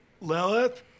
Lilith